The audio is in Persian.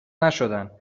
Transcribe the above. نشدن